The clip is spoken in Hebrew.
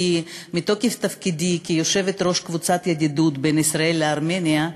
כי מתוקף תפקידי כיושבת-ראש קבוצת הידידות ישראל-ארמניה,